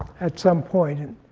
at some point, and